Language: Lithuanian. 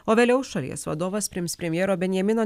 o vėliau šalies vadovas priims premjero benjamino